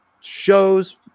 shows